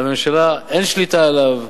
לממשלה אין שליטה עליו.